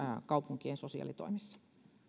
kaupunkien sosiaalitoimessa